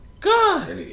God